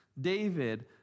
David